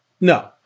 No